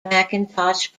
macintosh